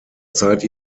zeit